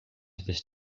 this